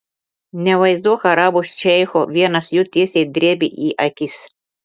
nevaizduok arabų šeicho vienas jų tiesiai drėbė į akis